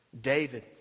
David